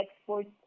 exports